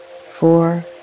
four